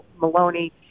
Maloney